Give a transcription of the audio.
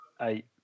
eight